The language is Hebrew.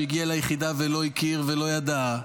שהגיע ליחידה ולא הכיר ולא ידע,